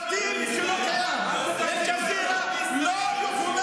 הוא פוגע ברופא